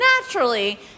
naturally